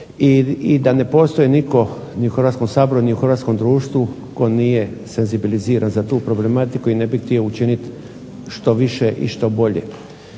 i da ne postoji nitko ni u Hrvatskom saboru ni u hrvatskom društvu tko nije senzibiliziran za tu problematiku i ne bi htio učiniti što više i što bolje.